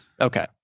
Okay